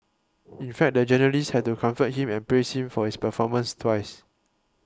in fact the journalist had to comfort him and praise him for his performance twice